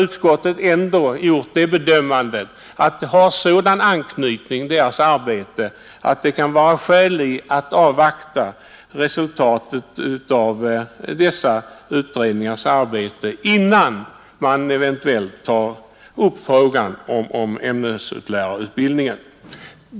Utskottet har gjort den bedömningen att det finns en sådan anknytning, att det kan vara motiverat att avvakta resultatet av dessa utredningars arbete, innan man eventuellt tar upp frågan om ämneslärarutbildningen.